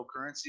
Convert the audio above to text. cryptocurrency